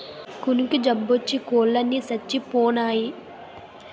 కునుకు జబ్బోచ్చి కోలన్ని సచ్చిపోనాయి